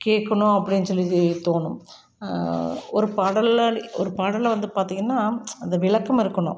கேக்கணும் அப்படினு சொல்லி தோணும் ஒரு பாடல்ல ஒரு பாடல்ல வந்து பார்த்திங்கன்னா அந்த விளக்கம் இருக்கணும்